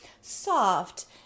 soft